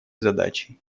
задачей